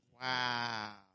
wow